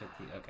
Okay